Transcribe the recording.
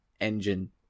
engine